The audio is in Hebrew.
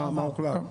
מה הוחלט?